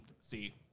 See